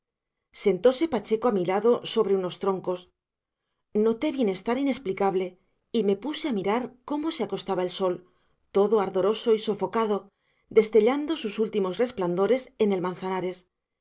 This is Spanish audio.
silla sentose pacheco a mi lado sobre unos troncos noté bienestar inexplicable y me puse a mirar cómo se acostaba el sol todo ardoroso y sofocado destellando sus últimos resplandores en el manzanares